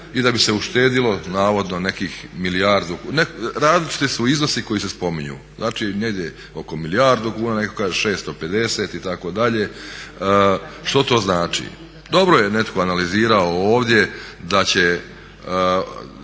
i da bi se uštedjelo navodno nekih milijardu, različiti su iznosi koji se spominju. Znači negdje oko milijardu kuna, netko kaže 650 itd. Što to znači? Dobro je netko analizirao ovdje da će